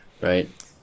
right